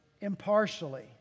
impartially